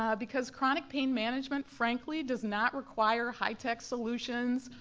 um because chronic pain management, frankly, does not require high-tech solutions,